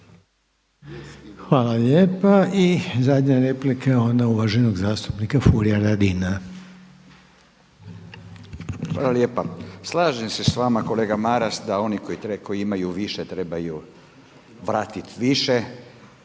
Hvala lijepa. I zadnja replika je ona uvaženog zastupnika Furija Radina. **Radin, Furio (Nezavisni)** Hvala lijepa. Slažem se s vama kolega Maras da oni koji imaju više trebaju vratiti više